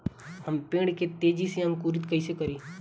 हम पेड़ के तेजी से अंकुरित कईसे करि?